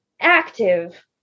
active